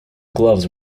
gloves